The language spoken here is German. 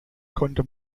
konnte